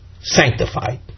sanctified